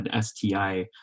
STI